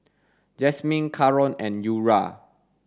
Jasmin Karon and Eura